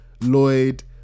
Lloyd